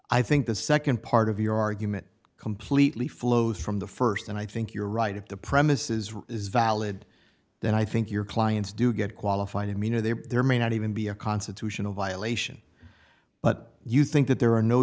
i think the second part of your argument completely flows from the first and i think you're right if the premises is valid then i think your clients do get qualified i mean are there there may not even be a constitutional violation but you think that there are no